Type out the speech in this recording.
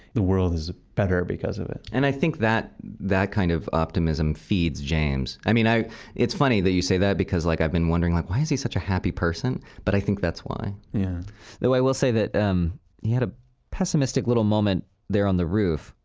the world is better because of it and i think that that kind of optimism feeds james. i mean, it's funny that you say that because like i've been wondering like, why is he such a happy person? but i think that's why. yeah the while we'll say that um he had a pessimistic little moment there on the roof.